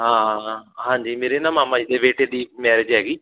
ਹਾਂ ਹਾਂਜੀ ਮੇਰੇ ਨਾ ਮਾਮਾ ਜੀ ਦੇ ਬੇਟੇ ਦੀ ਮੈਰਿਜ ਹੈਗੀ